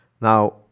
Now